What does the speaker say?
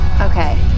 Okay